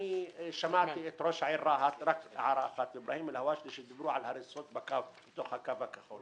אני שמעתי את ראש העיר רהט שדיבר על הריסות בתוך הקו הכחול.